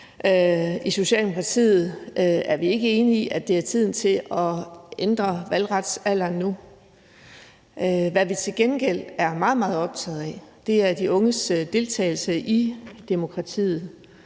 I Socialdemokratiet er vi ikke enige i, at det er tiden til at ændre valgretsalderen nu. Hvad vi til gengæld er meget, meget optaget af, er de unges deltagelse i demokratiet.